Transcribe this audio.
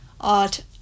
art